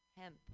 hemp